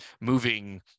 moving